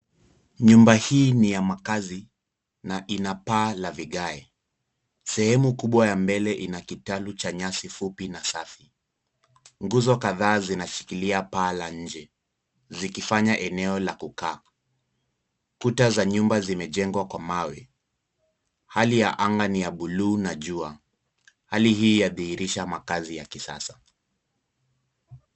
Nyumba hii ni ya makaazi na ina paa la vigae. Sehemu kubwa ya mbele ina kitalu cha nyasi fupi na safi. Nguzo kadhaa zinashikilia paa la nje zikifanya eneo la kukaa. Kuta za nyumba zimejengwa kwa mawe. Hali ya anga ni ya bluu na jua. Hali hii yadhihirisha makaazi ya kisasa.